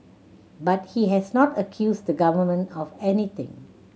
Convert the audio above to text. but he has not accused the Government of anything